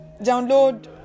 download